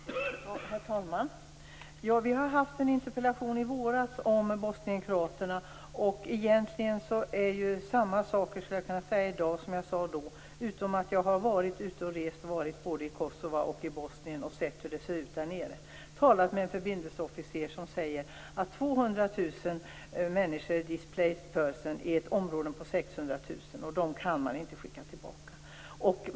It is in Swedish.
Herr talman! Vi har i våras ställt en interpellation om bosnienkroaterna, och jag skulle i dag egentligen kunna säga samma saker som jag sade då. Jag har dock rest både i Kosova och Bosnien och sett hur det ser ut där nere. Jag har talat med en förbindelseofficer som säger att det i ett område med 600 000 människor finns 200 000 displaced persons som man inte kan skicka tillbaka.